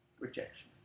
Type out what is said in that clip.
Rejection